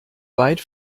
weit